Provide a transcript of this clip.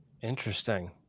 Interesting